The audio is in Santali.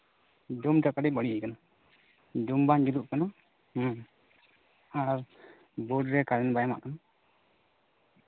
ᱰᱩᱢᱴᱟᱜ ᱠᱟᱹᱴᱤᱡ ᱵᱟᱹᱲᱤᱡ ᱟᱠᱟᱱᱟ ᱰᱩᱢ ᱵᱟᱝ ᱡᱩᱞᱩᱜ ᱠᱟᱱᱟ ᱟᱨ ᱵᱳᱰ ᱨᱮ ᱠᱟᱨᱮᱱᱴ ᱵᱟᱭ ᱮᱢᱟᱜ ᱠᱟᱱᱟ